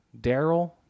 Daryl